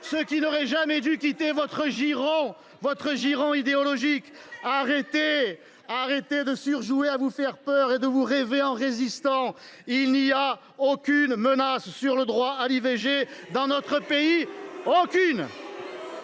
ce qui n’aurait jamais dû quitter votre giron idéologique. Cessez de surjouer à vous faire peur et de vous rêver en résistants ! Vous êtes cinglé ! Il n’y a aucune menace sur le droit à l’IVG dans notre pays. Aucune !